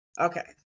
okay